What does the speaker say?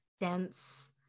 dense